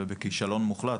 ובכישלון מוחלט.